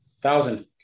thousand